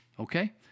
Okay